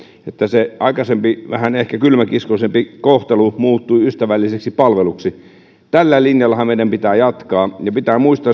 se aikaisempi vähän ehkä kylmäkiskoisempi kohtelu muuttui ystävälliseksi palveluksi tällä linjallahan meidän pitää jatkaa ja pitää muistaa